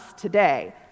today